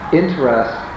interest